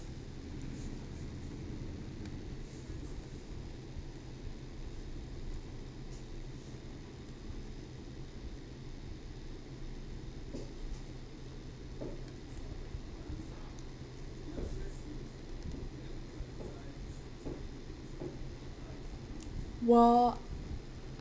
what